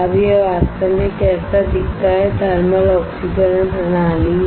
अब यह वास्तव में कैसा दिखता है यह थर्मल ऑक्सीकरण प्रणाली है